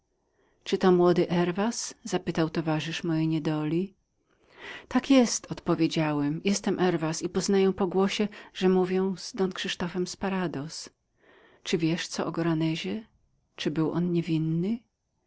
czy to młody herwas zapytał towarzysz mojej niedoli tak jest odpowiedziałem jestem herwas i poznaję po głosie że mówię z don krzysztofem sporadoz czy wiesz co o goranezie czy on był niewinnym